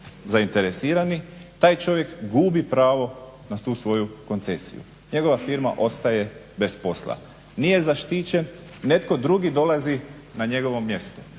Taj čovjek gubi pravo na tu svoju koncesiju, njegova firma ostaje bez posla. Nije zaštićen, netko drugi dolazi na njegovo mjesto,